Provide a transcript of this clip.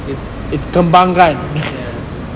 is ya